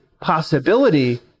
possibility